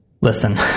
listen